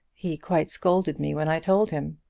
he quite scolded me when i told him.